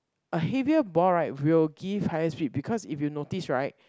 a heavier ball right will give higher speed because if you notice right